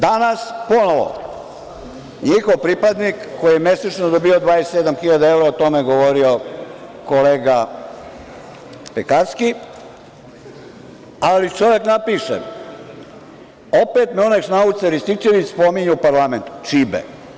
Danas ponovo njihov pripadnik koji je mesečno dobijao 27.000 evra je o tome govorio kolega Pekarski, ali čovek napiše – opet me onaj šnaucer Rističević spominjao u parlamentu, čibe.